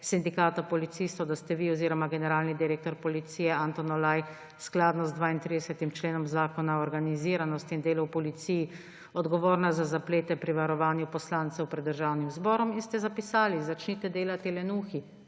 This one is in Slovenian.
sindikata policistov, da ste vi oziroma generalni direktor Policije Anton Olaj skladno z 32. členom Zakona o organiziranosti in delu v policiji odgovorna za zaplete pri varovanju poslancev pred Državnim zborom. In ste zapisali: »Začnite delati, lenuhi.«